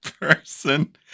person